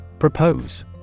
Propose